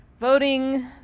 voting